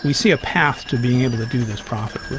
and see a path to being able to